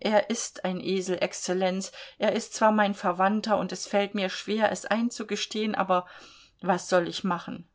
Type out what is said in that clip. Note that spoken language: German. er ist ein esel exzellenz er ist zwar mein verwandter und es fällt mir schwer es einzugestehen aber was soll ich machen